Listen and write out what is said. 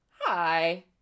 Hi